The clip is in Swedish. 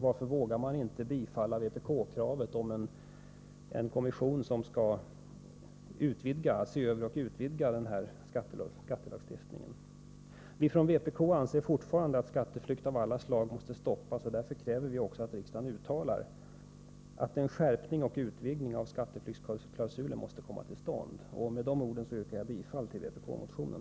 Varför vågar ni inte bifalla vpk-kravet om en kommission som skall se över och utvidga skattelagstiftningen? Vi från vpk anser fortfarande att skatteflykt av alla slag måste stoppas, och därför kräver vi också att riksdagen uttalar att en skärpning och utvidgning av skatteflyktsklausulen måste komma till stånd. Med de orden yrkar jag bifall till vpk-motionen.